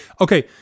Okay